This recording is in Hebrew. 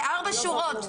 זה ארבע שורות.